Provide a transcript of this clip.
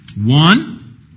One